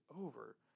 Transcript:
over